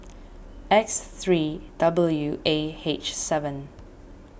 X three W A H seven